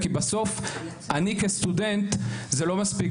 כי בסוף אני כסטודנט זה לא מספיק,